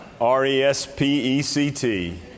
R-E-S-P-E-C-T